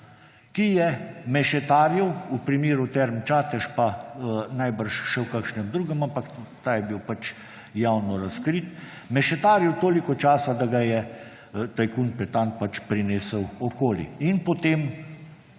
ki je mešetaril v primeru Term Čatež, pa najbrž še v kakšnem drugem, ampak ta je bil pač javno razkrit, mešetaril toliko časa, da ga je tajkun Petan prinesel okoli. In potem